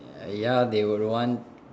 ya they would want